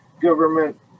government